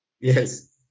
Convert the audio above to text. Yes